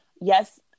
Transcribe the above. yes